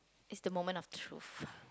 is the moment of truth